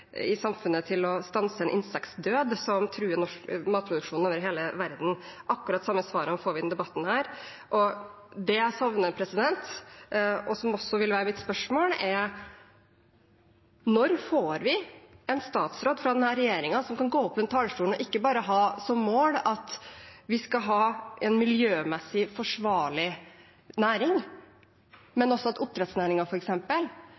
i samfunnet til å stanse en insektdød som truer matproduksjon over hele verden. Akkurat de samme svarene får vi i denne debatten. Det jeg savner, og som også vil være mitt spørsmål, er: Når får vi en statsråd fra denne regjeringen som kan gå opp på denne talerstolen og ikke bare ha som mål at vi skal ha en miljømessig forsvarlig næring,